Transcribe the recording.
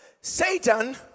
Satan